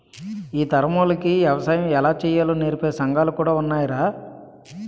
ఈ తరమోల్లకి ఎగసాయం ఎలా సెయ్యాలో నేర్పే సంగాలు కూడా ఉన్నాయ్రా